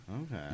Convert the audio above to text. Okay